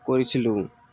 কৰিছিলো